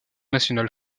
national